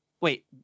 wait